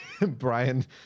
Brian